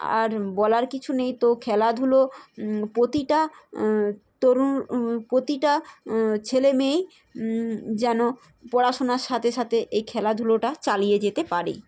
আর বলার কিছু নেই তো খেলাধুলো প্রতিটা তরুণ প্রতিটা ছেলে মেয়েই যেন পড়াশোনার সাতে সাতে এই খেলাধুলোটা চালিয়ে যেতে পারে